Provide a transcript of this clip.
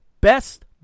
best